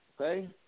Okay